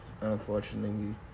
unfortunately